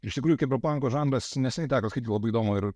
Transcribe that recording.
iš tikrųjų kiberpako žandras neseniai teko skaityti labai įdomų ir